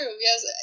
yes